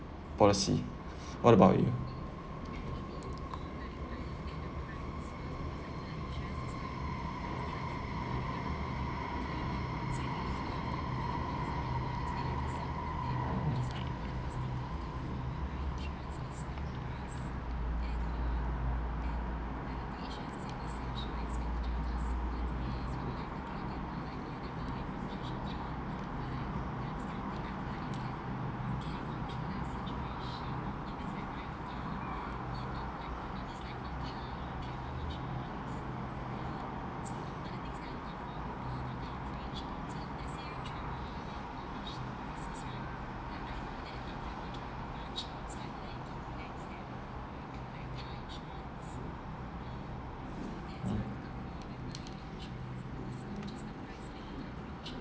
policy what about you mm